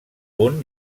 punt